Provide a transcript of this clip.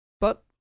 But